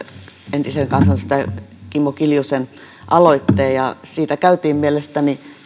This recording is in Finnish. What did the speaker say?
entisen kansanedustajan kimmo kiljusen aloitteen ja siitä käytiin mielestäni